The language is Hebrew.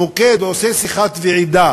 המוקד עושה שיחת ועידה